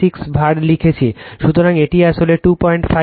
সুতরাং এটি আসলে 2594 kVAr